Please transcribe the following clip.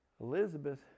Elizabeth